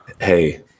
Hey